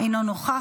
אינו נוכח.